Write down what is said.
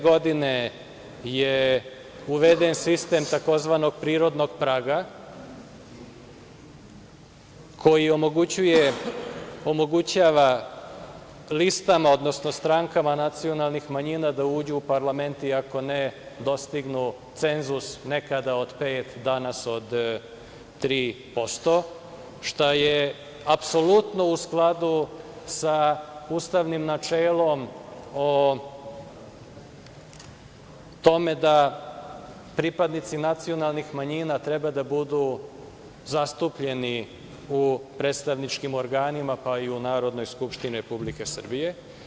Godine 2004. uveden je sistem tzv. prirodnog praga koji omogućava listama, odnosno strankama nacionalnih manjina da uđu u parlament i ako ne dostignu cenzus nekada od 5%, danas od 3%, što je apsolutno u skladu sa ustavnim načelom o tome da pripadnici nacionalnih manjina treba da budu zastupljeni u predstavničkim organima, pa i u Narodnoj skupštini Republike Srbije.